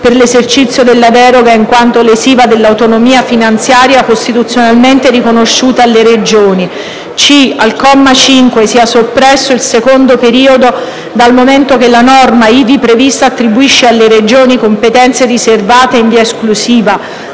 per l'esercizio della deroga, in quanto lesiva dell'autonomia finanziaria costituzionalmente riconosciuta alle Regioni; c) al comma 5, sia soppresso il secondo periodo, dal momento che la norma ivi prevista attribuisce alla Regione competenze riservate, in via esclusiva,